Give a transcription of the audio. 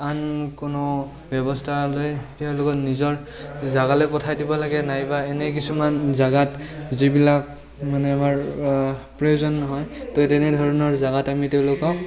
আন কোনো ব্যৱস্থা লৈ তেওঁলোকক নিজৰ জেগালৈ পঠাই দিব লাগে নাইবা এনে কিছুমান জেগাত যিবিলাক মানে আমাৰ প্ৰয়োজন নহয় তো তেনেধৰণৰ জেগাত আমি তেওঁলোকক